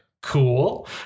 cool